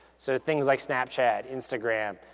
so things like snapchat, instagram,